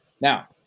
Now